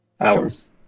hours